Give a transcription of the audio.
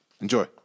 enjoy